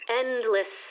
endless